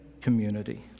community